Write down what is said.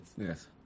Yes